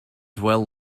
dwell